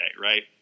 right